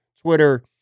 Twitter